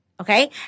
Okay